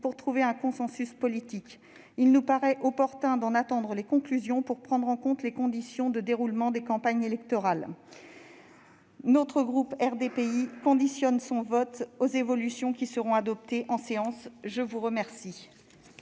pour trouver un consensus politique. Il nous paraît opportun d'en attendre les conclusions pour prendre en compte les conditions de déroulement des campagnes électorales. Le groupe RDPI conditionne son vote aux évolutions qui seront adoptées en séance. La parole